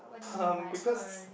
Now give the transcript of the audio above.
um because